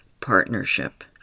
partnership